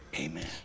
Amen